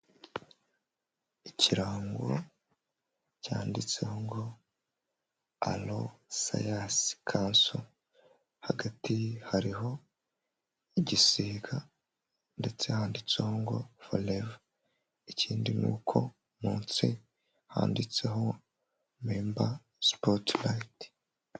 Ikirango cyanditse ngo aro sayanse kanso, kanso hagati hariho igisiga ndetse handitseho ngo foreva, ikindi ni uko munsi handitseho memba sipotirayiti.